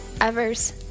Evers